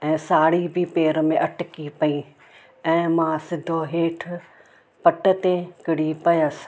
ऐं साड़ी बि पेर में अटकी पई ऐं मां सिधो हेठि पट ते किड़ी पियसि